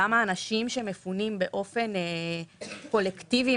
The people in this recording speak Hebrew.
גם אנשים שמפונים באופן קולקטיבי,